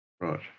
Right